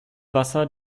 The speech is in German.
wasser